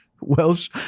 Welsh